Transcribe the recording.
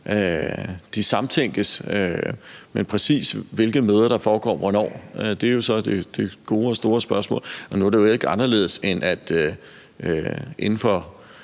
samtænkes, men præcis hvilke møder der skal foregå hvornår, er jo så det gode og store spørgsmål. Nu er det jo heller ikke anderledes, end at der inden for